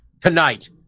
tonight